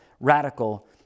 radical